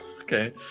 Okay